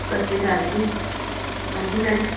ਸਤਿ ਸ਼੍ਰੀ ਅਕਾਲ ਜੀ ਹਾਂਜੀ ਮੈਡਮ